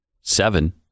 seven